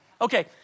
Okay